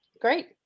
Great